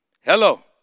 Hello